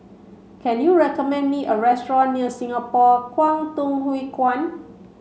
can you recommend me a restaurant near Singapore Kwangtung Hui Kuan